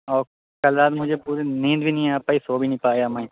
اور کل رات مجھے پوری نیند بھی نہیں آ پائی سو بھی نہیں پایا میں